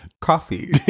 coffee